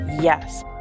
Yes